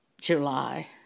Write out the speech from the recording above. July